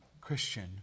Christian